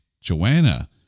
Joanna